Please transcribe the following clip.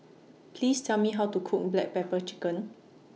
Please Tell Me How to Cook Black Pepper Chicken